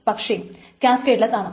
പക്ഷെ അത് കാസ്കേഡ്ലെസ്സ് ആണ്